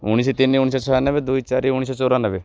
ଉଣେଇଶ ତିନି ଉଣେଇଶ ଛୟାନବେ ଦୁଇ ଚାରି ଉଣେଇଶ ଚଉରାନବେ